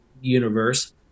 universe